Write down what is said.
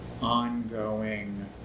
ongoing